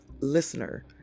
listener